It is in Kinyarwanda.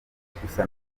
gusa